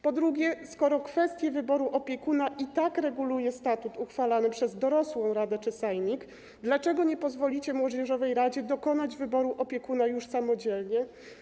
Po drugie, skoro kwestie wyboru opiekuna i tak reguluje statut uchwalany przez dorosłą radę czy sejmik, dlaczego nie pozwolicie młodzieżowej radzie dokonać wyboru opiekuna już samodzielnie?